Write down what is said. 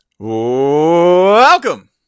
Welcome